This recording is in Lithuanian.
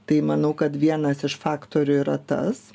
tai manau kad vienas iš faktorių yra tas